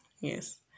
Yes